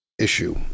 issue